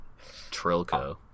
Trilco